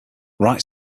right